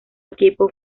equipo